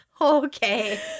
okay